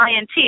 INT